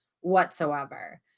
whatsoever